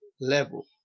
level